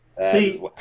see